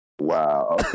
Wow